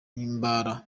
himbara